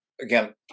again